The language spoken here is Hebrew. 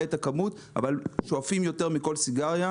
את הכמות אבל שואפים יותר מכל סיגריה,